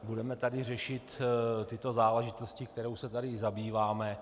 Budeme tady řešit tyto záležitosti, kterými se tady zabýváme.